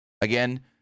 Again